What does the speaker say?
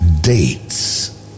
...dates